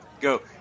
go